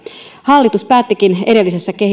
hallitus päättikin edellisessä